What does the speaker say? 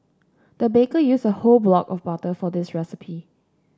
the baker used a whole block of butter for this recipe